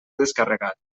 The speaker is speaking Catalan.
descarregat